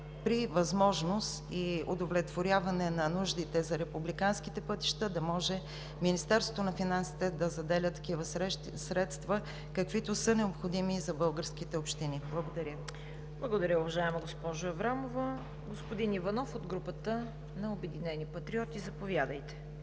при възможност или удовлетворяване на нуждите за републиканските пътища, да може Министерството на финансите да заделя такива средства, каквито са необходими за българските общини. Благодаря. ПРЕДСЕДАТЕЛ ЦВЕТА КАРАЯНЧЕВА: Благодаря, уважаема госпожо Аврамова. Господин Иванов от групата на „Обединени патриоти“ – заповядайте.